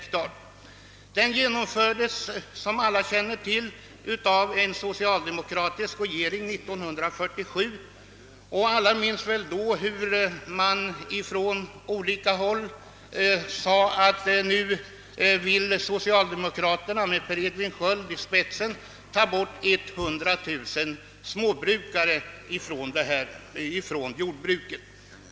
Detta program genomfördes år 1947 av en socialdemokratisk regering. Alla minns väl, hur man då från olika håll sade, att nu vill socialdemokraterna med Per Edvin Sköld i spetsen lägga ned 100 000 småbruk.